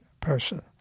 person